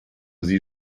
sie